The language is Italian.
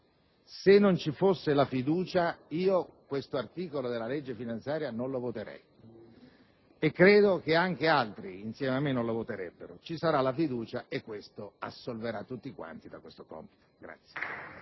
se non ci fosse la fiducia, io questo articolo della legge finanziaria non lo voterei e credo che anche altri insieme a me non lo farebbero. Ci farà la fiducia, e ciò assolverà tutti da questo compito.*(Applausi